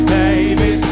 baby